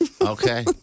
Okay